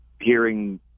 hearing